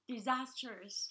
Disasters